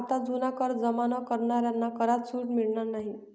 आता जुना कर जमा न करणाऱ्यांना करात सूट मिळणार नाही